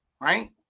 right